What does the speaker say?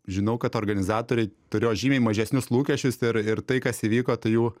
žinau kad organizatoriai turėjo žymiai mažesnius lūkesčius ir ir tai kas įvyko tai jų